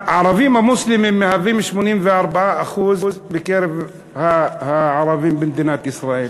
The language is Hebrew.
הערבים המוסלמים מהווים 84% בקרב הערבים במדינת ישראל.